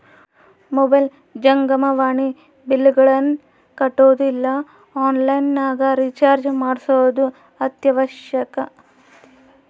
mobile ಜಂಗಮವಾಣಿ ಬಿಲ್ಲ್ಗಳನ್ನ ಕಟ್ಟೊದು ಇಲ್ಲ ಆನ್ಲೈನ್ ನಗ ರಿಚಾರ್ಜ್ ಮಾಡ್ಸೊದು ಅತ್ಯವಶ್ಯಕ